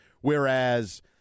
whereas